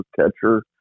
catcher